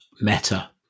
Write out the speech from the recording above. Meta